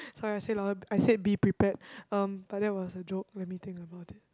sorry I say louder I said be prepared um but that was a joke let me think about it